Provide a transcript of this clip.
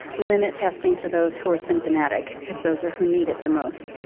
limit testing to those who are symptomatic, cause those are who need it the most.